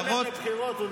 מאיר יפטר אותך, עזוב אותך.